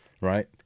right